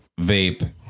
vape